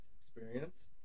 experience